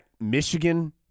Michigan